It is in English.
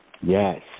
Yes